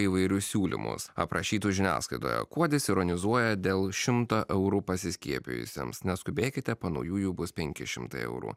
įvairius siūlymus aprašytus žiniasklaidoje kuodis ironizuoja dėl šimto eurų pasiskiepijusiems neskubėkite po naujųjų bus penki šimtai eurų